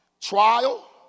trial